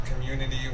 community